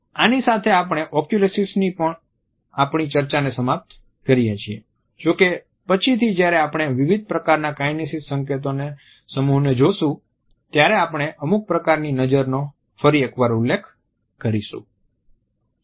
આની સાથે આપણે ઓક્યુલેસીક્સ ની આપણી ચર્ચાને સમાપ્ત કરીએ છીએ જો કે પછીથી જ્યારે આપણે વિવિધ પ્રકારનાં કાઈનેસિક્સ સંકેતોના સમૂહને જોશું ત્યારે આપણે અમુક પ્રકારની નજરનો ફરી એકવાર ઉલ્લેખ કરીશું